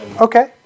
Okay